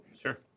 Sure